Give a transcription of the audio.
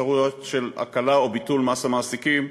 אפשרויות של הקלה או ביטול מס המעסיקים,